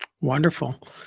Wonderful